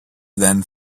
then